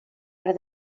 per